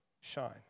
shine